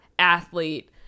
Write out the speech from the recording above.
athlete